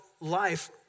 life